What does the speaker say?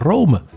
Rome